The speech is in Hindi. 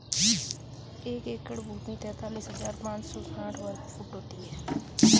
एक एकड़ भूमि तैंतालीस हज़ार पांच सौ साठ वर्ग फुट होती है